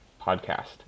podcast